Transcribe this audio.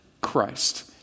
Christ